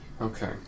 Okay